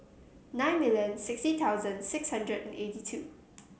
nine million sixty thousand six hundred and eighty two